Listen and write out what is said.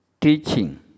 Teaching